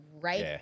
right